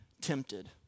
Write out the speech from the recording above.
tempted